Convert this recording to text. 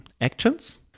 Actions